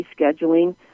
rescheduling